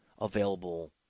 available